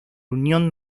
unión